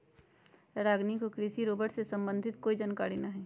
रागिनी को कृषि रोबोट से संबंधित कोई जानकारी नहीं है